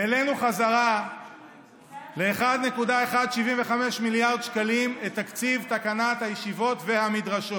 העלנו חזרה ל-1.175 מיליארד שקלים את תקציב תקנת הישיבות והמדרשות,